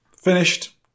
Finished